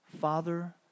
Father